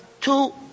two